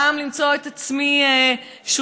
גם למצוא את עצמי שותפה?